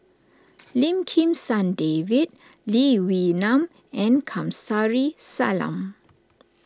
Lim Kim San David Lee Wee Nam and Kamsari Salam